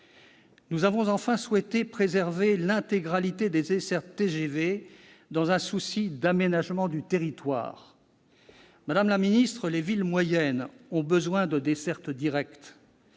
Nous avons enfin souhaité préserver l'intégralité des dessertes TGV, dans un souci d'aménagement du territoire. Madame la ministre, les villes moyennes ont besoin de dessertes directes